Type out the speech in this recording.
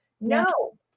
no